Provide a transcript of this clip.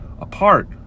apart